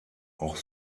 auch